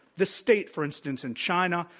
the state, for instance, in china,